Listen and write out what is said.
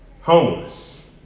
homeless